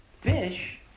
Fish